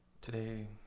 Today